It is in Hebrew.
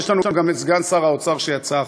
יש לנו גם את סגן שר האוצר, שיצא החוצה.